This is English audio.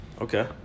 okay